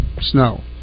snow